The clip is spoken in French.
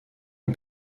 est